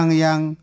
yang